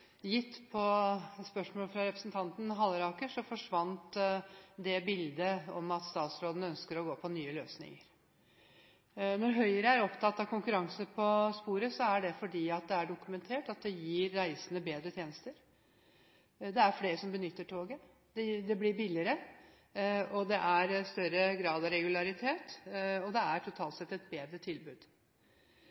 gitt på spørsmål fra representanten Halleraker, forsvant bildet om at statsråden ønsker å gå på nye løsninger. Når Høyre er opptatt av konkurranse på sporet, er det fordi det er dokumentert at det gir reisende bedre tjenester, det er flere som benytter toget, det blir billigere, det er større grad av regularitet, og det er totalt sett et bedre tilbud.